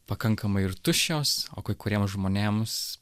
pakankamai ir tuščios o kai kuriem žmonėms